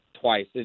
twice